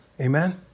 Amen